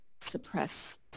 suppress